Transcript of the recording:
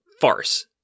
farce